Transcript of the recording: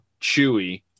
Chewie